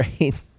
right